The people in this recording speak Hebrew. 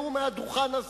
יש אחד מפוחד.